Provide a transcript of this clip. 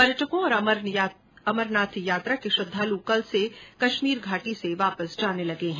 पर्यटकों और अमरनाथ यात्रा के श्रद्धालु कल से कश्मीर घाटी से जाने लगे है